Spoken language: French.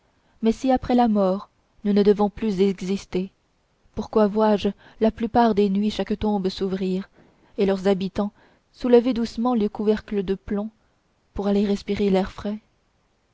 mais si après la mort nous ne devons plus exister pourquoi vois-je la plupart des nuits chaque tombe s'ouvrir et leurs habitants soulever doucement les couvercles de plomb pour aller respirer l'air frais